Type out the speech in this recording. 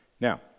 Now